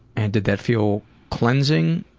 and did that feel cleansing?